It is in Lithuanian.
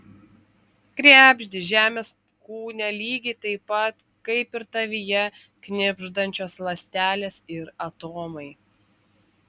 krebždi žemės kūne lygiai taip pat kaip ir tavyje knibždančios ląstelės ir atomai